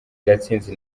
gatsinzi